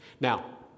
Now